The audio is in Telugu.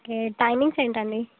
ఓకే టైమింగ్స్ ఏంటండి